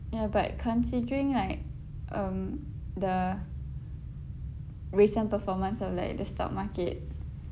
ya but considering like um the recent performance of like the stock market